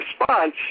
response